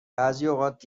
بعضیاوقات